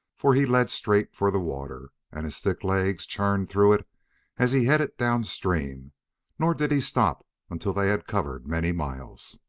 for he led straight for the water, and his thick legs churned through it as he headed down stream nor did he stop until they had covered many miles.